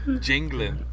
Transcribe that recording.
Jingling